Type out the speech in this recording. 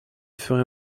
ferait